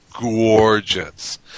gorgeous